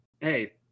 hey